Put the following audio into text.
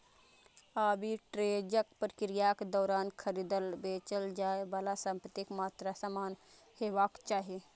आर्बिट्रेजक प्रक्रियाक दौरान खरीदल, बेचल जाइ बला संपत्तिक मात्रा समान हेबाक चाही